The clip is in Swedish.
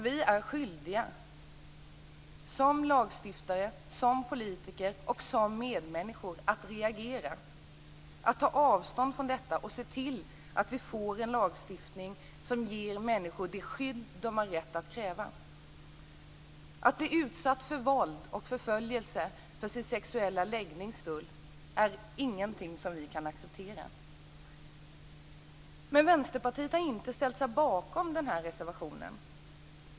Vi är skyldiga som lagstiftare, som politiker och som medmänniskor att reagera, att ta avstånd från detta och se till att vi får en lagstiftning som ger människor det skydd de har rätt att kräva. Att bli utsatt för våld och förföljelse för sin sexuella läggnings skull är ingenting som vi kan acceptera. Men Vänsterpartiet har inte ställt sig bakom den här reservationen.